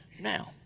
Now